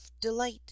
delight